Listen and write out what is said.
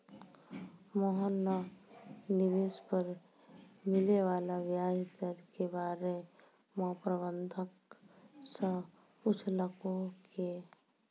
मोहन न निवेश पर मिले वाला व्याज दर के बारे म प्रबंधक स पूछलकै